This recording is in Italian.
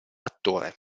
attore